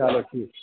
چلو ٹھیٖک چھُ